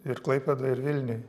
ir klaipėdoj ir vilniuj